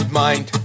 mind